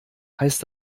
heißt